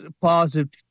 positive